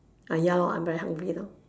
ah ya lor I'm very hungry now